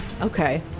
Okay